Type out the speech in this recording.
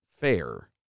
fair